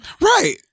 Right